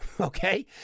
okay